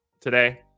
today